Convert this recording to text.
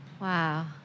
Wow